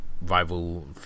Rival